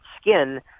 skin